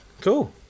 cool